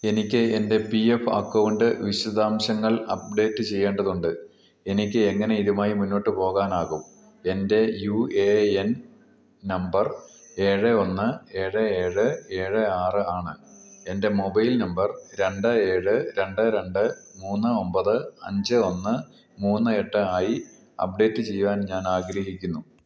എനിക്കെൻ്റെ P F account വിശദാംശങ്ങൾ update ചെയ്യേണ്ടതുണ്ട് എനിക്കെങ്ങനെ ഇതുമായി മുന്നോട്ടുപോകാനാകും എൻ്റെ യു എ എൻ നമ്പർ ഏഴ് ഒന്ന് ഏഴ് ഏഴ് ഏഴ് ആറ് ആണ് എൻ്റെ മൊബൈൽ നമ്പർ രണ്ട് ഏഴ് രണ്ട് രണ്ട് മൂന്ന് ഒമ്പത് അഞ്ച് ഒന്ന് മൂന്ന് എട്ട് ആയി അപ്ഡേറ്റ് ചെയ്യുവാൻ ഞാനാഗ്രഹിക്കുന്നു